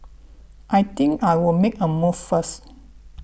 I think I'll make a move first